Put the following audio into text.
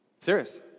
Serious